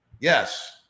Yes